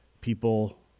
people